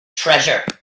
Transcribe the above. treasure